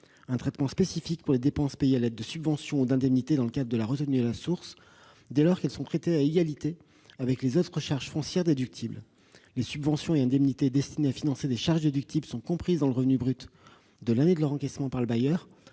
un traitement spécifique pour les dépenses payées à l'aide de subventions ou d'indemnités dans le cadre de la retenue à la source, dès lors qu'elles sont traitées à égalité avec les autres charges foncières déductibles. Les subventions et indemnités destinées à financer des charges déductibles sont comprises dans le revenu brut de l'année de leur encaissement par le bailleur